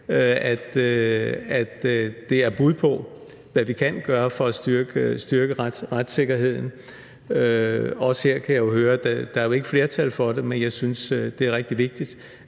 at det er bud på, hvad vi kan gøre for at styrke retssikkerheden. Også her kan jeg jo høre, at der ikke er flertal for det, men jeg synes, det er rigtig vigtigt,